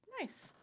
Nice